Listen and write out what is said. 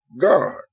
God